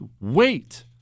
wait